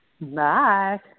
bye